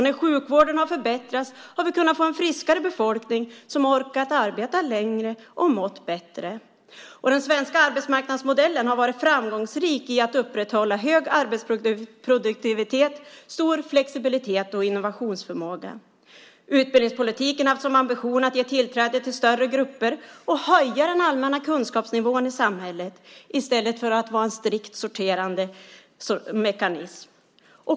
När sjukvården har förbättrats har vi kunnat få en friskare befolkning som har orkat arbeta längre och mått bättre. Den svenska arbetsmarknadsmodellen har varit framgångsrik i att upprätthålla hög arbetsproduktivitet, stor flexibilitet och innovationsförmåga. Utbildningspolitiken har haft som ambition att ge tillträde till större grupper och höja den allmänna kunskapsnivån i samhället i stället för att vara en strikt sorterande mekanism.